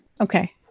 okay